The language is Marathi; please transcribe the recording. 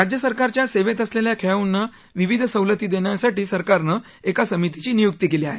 राज्य सरकारच्या सेवेत असलेल्या खेळाडूंना विविध सवलती देण्यासाठी सरकारनं एका समितीची नियुक्ती केली आहे